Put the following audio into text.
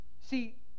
See